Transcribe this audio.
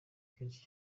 kenshi